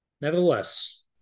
Nevertheless